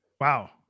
wow